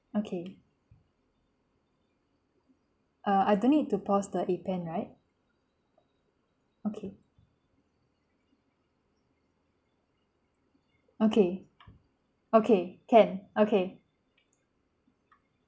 okay uh I don't need to pause the appen right okay okay okay can okay